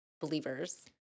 believers